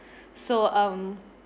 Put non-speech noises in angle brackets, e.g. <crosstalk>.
<breath> so um